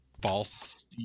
false